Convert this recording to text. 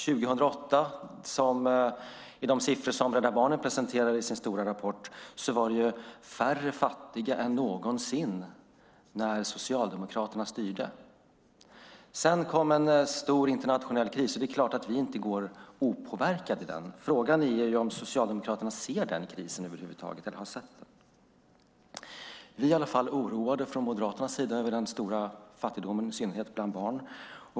År 2008 var färre fattiga än någonsin under socialdemokraternas styre enligt Rädda Barnens stora rapport. Så kom en stor internationell kris, och det är klart att vi inte var opåverkade av den. Frågan är om Socialdemokraterna över huvud taget såg denna kris. Från Moderaternas sida är vi oroade över den stora fattigdomen, i synnerhet bland barn.